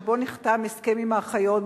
שאז נחתם ההסכם עם האחיות,